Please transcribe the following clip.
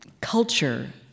culture